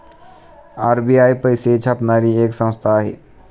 RBI पैसे छापणारी एक संस्था आहे